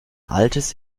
altes